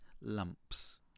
lumps